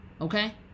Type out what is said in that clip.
okay